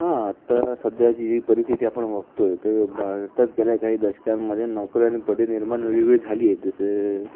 हां आत्ता सध्याची जी परिस्थिती आपण बघतो आहे तर भारतात गेल्या काही दशकांमध्ये नोकऱ्या आणि पदे निर्माण वेगवेगळी झाली आहे जसं